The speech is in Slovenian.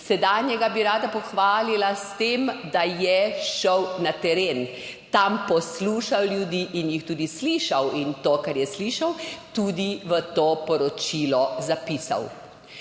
Sedanjega bi rada pohvalila s tem, da je šel na teren, tam poslušal ljudi in jih tudi slišal. In to, kar je slišal, tudi v to poročilo zapisal.